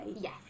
Yes